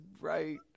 right